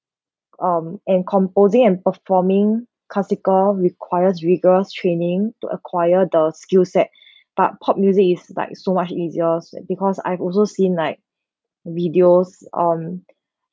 um and composing and performing classical requires rigorous training to acquire the skill set but pop music is like so much easier that because I have also seen like videos on